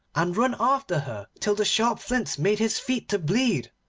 and run after her till the sharp flints made his feet to bleed.